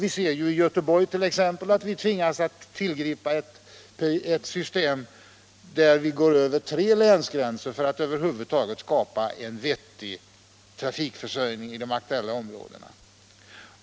I Göteborg t.ex. tvingas vi tillgripa ett system som innebär att vi går över tre länsgränser för att över huvud taget skapa en vettig trafikförsörjning i de aktuella områdena.